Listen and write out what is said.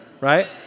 right